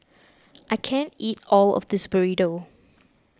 I can't eat all of this Burrito